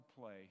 play